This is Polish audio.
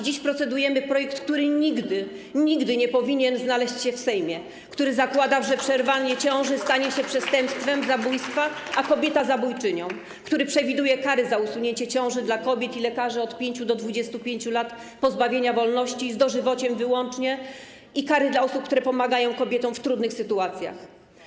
Dziś procedujemy nad projektem, który nigdy - nigdy - nie powinien znaleźć się w Sejmie; który zakłada, że przerwanie ciąży stanie się przestępstwem zabójstwa, a kobieta - zabójczynią; który przewiduje kary za usunięcie ciąży dla kobiet i lekarzy od 5 do 25 lat pozbawienia wolności, z dożywociem włącznie, i kary dla osób, które pomagają kobietom w trudnych sytuacjach.